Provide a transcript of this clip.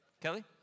Kelly